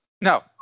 No